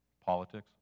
Politics